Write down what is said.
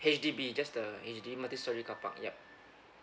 H_D_B just the H_D multi storey carpark yup